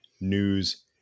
news